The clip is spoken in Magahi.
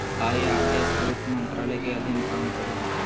आई.आर.एस वित्त मंत्रालय के अधीन काम करो हय